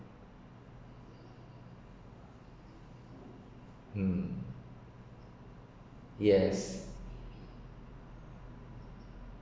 um yes